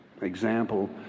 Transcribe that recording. example